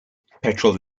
petrol